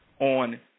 on –